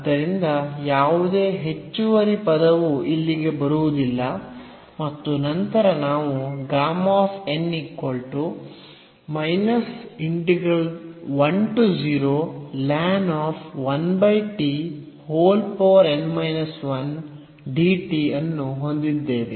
ಆದ್ದರಿಂದ ಯಾವುದೇ ಹೆಚ್ಚುವರಿ ಪದವು ಇಲ್ಲಿಗೆ ಬರುವುದಿಲ್ಲ ಮತ್ತು ನಂತರ ನಾವು ಅನ್ನು ಹೊಂದಿದ್ದೇವೆ